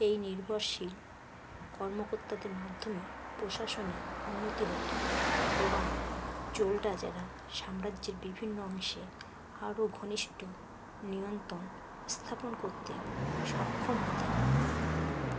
এই নির্ভরশীল কর্মকর্তাদের মাধ্যমে প্রশাসনে উন্নতি হতো এবং জোল রাজারা সাম্রাজ্যের বিভিন্ন অংশে আরও ঘনিষ্ঠ নিয়ন্ত্রণ সংস্থাপন করতে সক্ষম হতেন